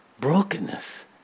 Brokenness